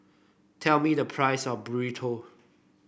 tell me the price of Burrito